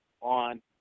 on